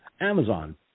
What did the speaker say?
Amazon